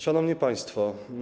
Szanowni Państwo!